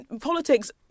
politics